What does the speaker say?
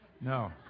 No